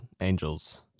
Angels